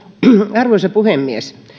arvoisa puhemies